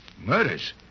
Murders